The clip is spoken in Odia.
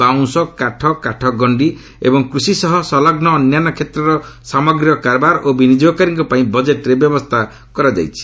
ବାଉଁଶ କାଠ କାଠଗଣ୍ଡି ଏବଂ କୃଷି ସହ ସଂଲଗ୍ନ ଅନ୍ୟାନ୍ୟ କ୍ଷେତ୍ରର ସାମଗ୍ରୀର କାରବାର ଓ ବିନିଯୋଗକାରୀଙ୍କ ପାଇଁ ବଜେଟ୍ରେ ବ୍ୟବସ୍ଥା କରାଯାଇଛି